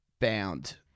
Bound